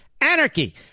Anarchy